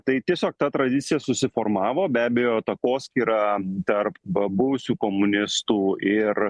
tai tiesiog ta tradicija susiformavo be abejo takoskyra tarp buvusių komunistų ir